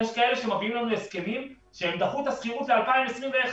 יש כאלה שמביאים לנו הסכמים שהם דחו את השכירות ל-2021,